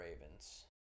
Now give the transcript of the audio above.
Ravens